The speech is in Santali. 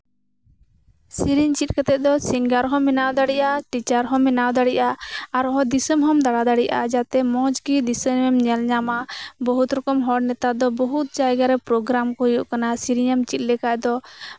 ᱥᱮᱨᱮᱧ ᱪᱮᱫ ᱠᱟᱛᱮᱫ ᱫᱚ ᱥᱤᱝᱜᱟᱨ ᱦᱚᱢ ᱵᱮᱱᱟᱣ ᱫᱟᱲᱮᱭᱟᱜᱼᱟ ᱟᱨ ᱴᱤᱪᱟᱨ ᱦᱚᱢ ᱵᱮᱱᱟᱣ ᱫᱟᱲᱮᱭᱟᱜᱼᱟ ᱟᱨᱦᱚᱸ ᱫᱤᱥᱚᱢ ᱦᱚᱢ ᱫᱟᱲᱟ ᱫᱟᱲᱮᱭᱟᱜᱼᱟ ᱡᱟᱛᱮ ᱢᱚᱸᱡᱽᱜᱮ ᱫᱤᱥᱚᱢ ᱮᱢ ᱧᱮᱞ ᱧᱟᱢᱟ ᱵᱩᱦᱩᱛ ᱨᱚᱠᱚᱢ ᱦᱚᱲ ᱱᱮᱛᱟᱨ ᱫᱚ ᱵᱚᱦᱩᱛ ᱡᱟᱭᱜᱟᱨᱮ ᱯᱨᱳᱜᱮᱨᱟᱢ ᱠᱚ ᱦᱩᱭᱩᱜ ᱠᱟᱱᱟ ᱥᱮᱨᱮᱧ ᱮᱢ ᱪᱮᱫ ᱞᱮᱠᱷᱟᱱ ᱫᱚ